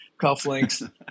cufflinks